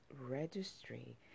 Registry